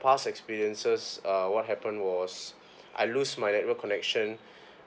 past experiences uh what happened was I lose my network connection